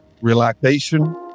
relaxation